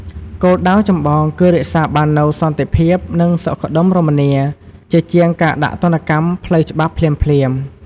គោលដៅចម្បងគឺរក្សាបាននូវ សន្តិភាព និងសុខដុមរមនា ក្នុងសហគមន៍ ជាជាងការដាក់ទណ្ឌកម្មផ្លូវច្បាប់ភ្លាមៗ។